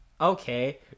okay